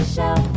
Show